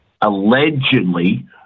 Allegedly